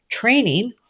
Training